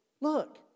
Look